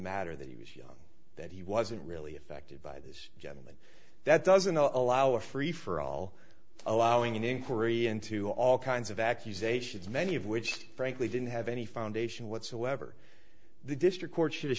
matter that he was young that he wasn't really affected by this gentleman that doesn't allow a free for all allowing an inquiry into all kinds of accusations many of which frankly didn't have any foundation whatsoever the district